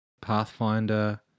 Pathfinder